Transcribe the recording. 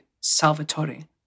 Salvatore